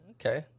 Okay